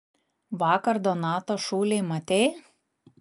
vakar donatą šūlėj matei